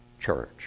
church